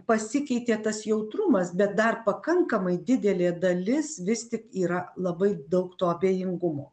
pasikeitė tas jautrumas bet dar pakankamai didelė dalis vis tik yra labai daug to abejingumo